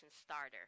starter